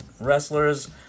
wrestlers